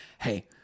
hey